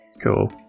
cool